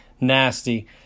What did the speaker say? nasty